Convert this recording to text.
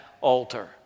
altar